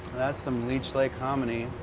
that's some leech lake hominy.